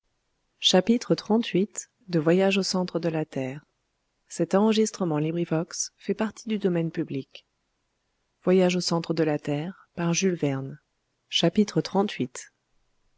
au centre de la terre fit une